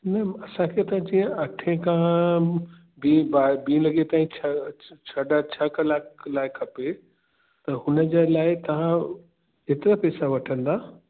न असांखे त जीअं अठें खां ॿी बाए ॿी लॻें ताईं छह साढा छह कलाक लाइ खपे त हुनजे लाइ तव्हां केतिरा पेसा वठंदा